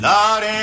Lord